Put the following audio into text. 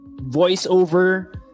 voiceover